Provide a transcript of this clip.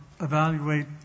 evaluate